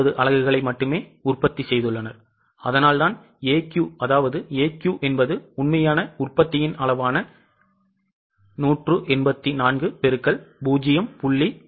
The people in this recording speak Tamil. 9 அலகுகளை மட்டுமே உற்பத்தி செய்துள்ளனர் அதனால்தான் AQ அதாவது AQ என்பது உண்மையான உற்பத்தியின் அளவான 184 பெருக்கல் 0